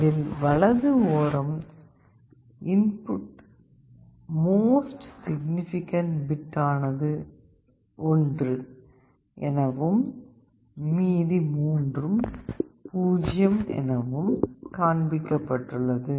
இதில் வலது ஓரம் இன்புட் மோஸ்ட் சிக்னிபிகண்ட் பிட் ஆனது ஒன்று எனவும் மீதி மூன்றும் 0 எனவும் காண்பிக்கப்பட்டு உள்ளது